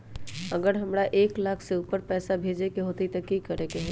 अगर हमरा एक लाख से ऊपर पैसा भेजे के होतई त की करेके होतय?